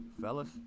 Fellas